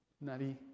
nutty